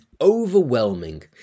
overwhelming